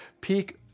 peak